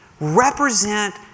Represent